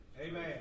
Amen